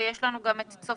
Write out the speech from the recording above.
ויש לנו גם צופית.